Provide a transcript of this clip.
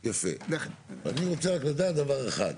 אני רוצה רק לדעת דבר אחד.